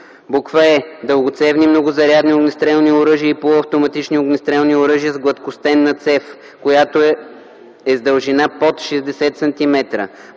е) дългоцевни многозарядни огнестрелни оръжия и полуавтоматични огнестрелни оръжия с гладкостенна цев, която е с дължина под 60